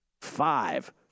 Five